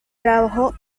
trabajó